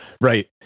Right